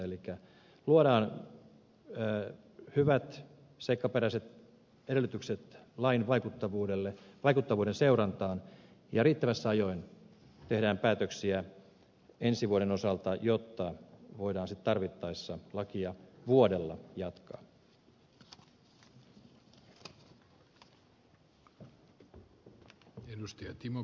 elikkä luodaan hyvät seikkaperäiset edellytykset lain vaikuttavuuden seurantaan ja riittävässä ajoin tehdään päätöksiä ensi vuoden osalta jotta voidaan sitten tarvittaessa lakia vuodella jatkaa